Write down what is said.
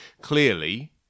Clearly